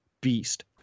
beast